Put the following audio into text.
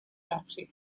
taxi